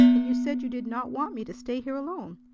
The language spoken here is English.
and you said you did not want me to stay here alone.